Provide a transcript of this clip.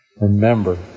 Remember